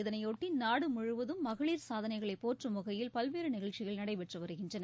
இதனைபொட்டி நாடுமுழுவதும் மகளிர் சாதனைகளை போற்றும் வகையில் பல்வேறு நிகழ்ச்சிகள் நடைபெற்றன